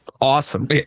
Awesome